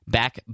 back